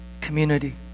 community